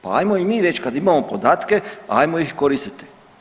Pa ajmo i mi već kad imamo podatke, ajmo ih koristiti.